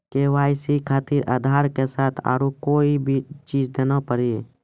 KYC खातिर आधार के साथ औरों कोई चीज देना पड़ी?